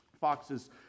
Foxes